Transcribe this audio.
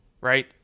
Right